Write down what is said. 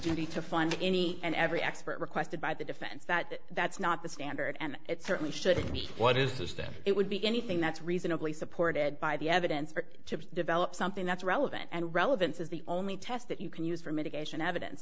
duty to fund any and every expert requested by the defense that that's not the standard and it certainly should be what is that it would be anything that's reasonably supported by the evidence or to develop something that's relevant and relevance is the only test that you can use for mitigation evidence